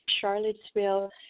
Charlottesville